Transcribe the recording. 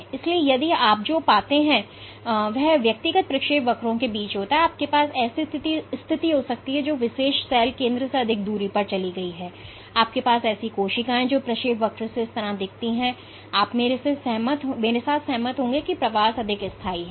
इसलिए जो आप पाते हैं वह व्यक्तिगत प्रक्षेपवक्रों के बीच होता है आपके पास ऐसी स्थिति हो सकती है जहां एक विशेष सेल केंद्र से अधिक दूरी पर चली गई हो जबकि अन्य कोशिकाएं केवल उस स्थिति में बैठी हो सकती हैं जैसे कि यदि आपके पास ऐसी कोशिकाएं हैं जहां प्रक्षेपवक्र इस तरह से दिखते हैं तो आप मेरे साथ सहमत होंगे कि यह प्रवास अधिक स्थायी है